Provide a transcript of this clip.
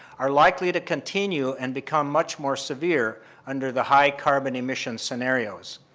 are likely to continue and become much more severe under the high carbon emissions scenarios.